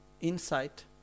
insight